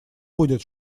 будет